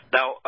Now